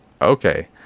okay